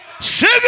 sing